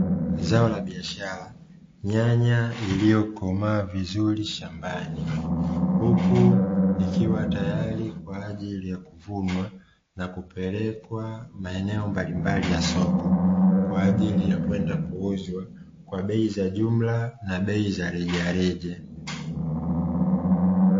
Zao la biashara, nyanya iliyokomaa vizuri shambani, huku ikiwa tayari kwa ajili ya kuvunwa na kupelekwa maeneo mbalimbali ya soko, kwa ajili ya kwenda kuuzwa kwa bei za jumla na bei za rejareja.